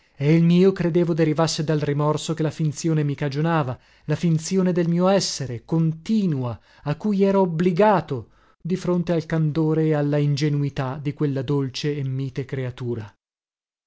e il mio credevo derivasse dal rimorso che la finzione mi cagionava la finzione del mio essere continua a cui ero obbligato di fronte al candore e alla ingenuità di quella dolce e mite creatura